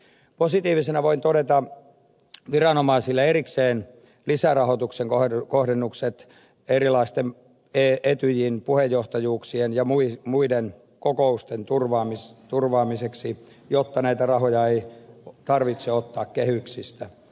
positiivisena voin todeta erilliset lisärahoituksen kohdennukset viranomaisille etyjin puheenjohtajuuksien ja muiden kokousten turvaamiseksi jotta näitä rahoja ei tarvitse ottaa kehyksistä